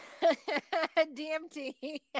DMT